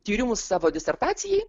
tyrimus savo disertacijai